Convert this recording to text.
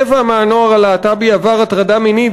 רבע מהנוער הלהט"בי עבר הטרדה מינית